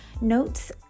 notes